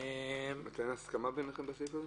--- אין הסכמה ביניכם בסעיף הזה?